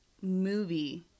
movie